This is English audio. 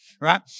right